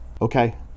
Okay